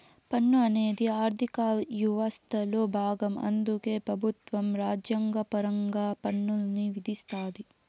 పన్ను అనేది ఆర్థిక యవస్థలో బాగం అందుకే పెబుత్వం రాజ్యాంగపరంగా పన్నుల్ని విధిస్తాది